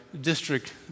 district